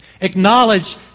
acknowledge